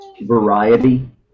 variety